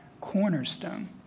cornerstone